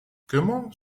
comment